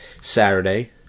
Saturday